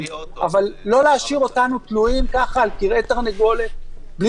אל תשאירו אותנו תלויים ככה על כרעי תרנגולת בלי